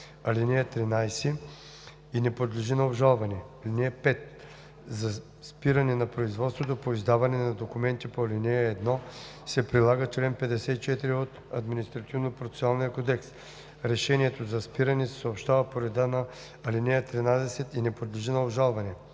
ал. 13 и не подлежи на обжалване. (5) За спиране на производството по издаване на документи по ал. 1 се прилага чл. 54 от Административнопроцесуалния кодекс. Решението за спиране се съобщава по реда на ал. 13 и не подлежи на обжалване.